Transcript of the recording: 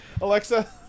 Alexa